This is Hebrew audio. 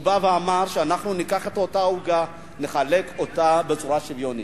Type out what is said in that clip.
הוא בא ואמר שאנחנו ניקח את אותה עוגה ונחלק אותה בצורה שוויונית.